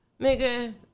Nigga